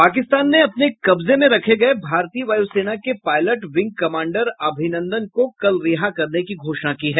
पाकिस्तान ने अपने कब्जे में रखे गये भारतीय वायुसेना के पायलट विंग कमांडर अभिनंदन को कल रिहा करने की घोषणा की है